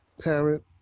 parent